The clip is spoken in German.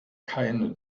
keine